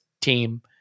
team